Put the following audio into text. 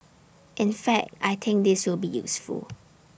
in fact I think this will be useful